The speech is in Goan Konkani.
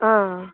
आं